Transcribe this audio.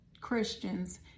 Christians